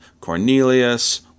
Cornelius